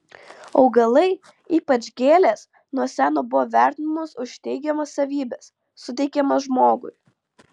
augalai ypač gėlės nuo seno buvo vertinamos už teigiamas savybes suteikiamas žmogui